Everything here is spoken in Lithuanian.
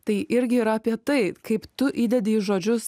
tai irgi yra apie tai kaip tu įdedi į žodžius